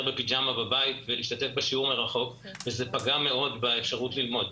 בפיג'מה בבית ולהשתתף בשיעור מרחוק וזה פגע מאוד באפשרות ללמוד.